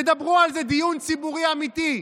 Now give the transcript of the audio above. תדברו על זה דיון ציבורי אמיתי.